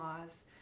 laws